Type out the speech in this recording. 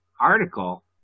article